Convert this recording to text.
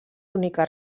úniques